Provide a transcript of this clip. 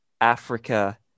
Africa